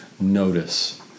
notice